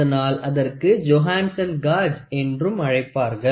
அதனால் அதற்கு ஜோஹான்சன் காஜ் என்றும் அழைப்பார்கள்